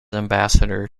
ambassador